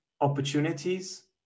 opportunities